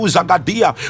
Zagadia